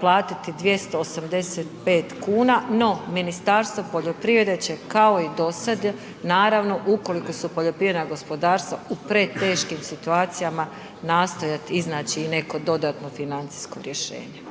platiti 285 kuna, no Ministarstvo poljoprivrede će, kao i dosad, naravno ukoliko su poljoprivreda gospodarstva u preteškim situacijama nastojati iznaći i neko dodatno financijsko rješenje.